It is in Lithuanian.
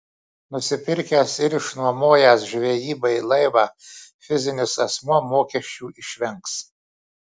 nusipirkęs ir išnuomojęs žvejybai laivą fizinis asmuo mokesčių išvengs